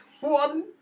One